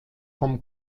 vom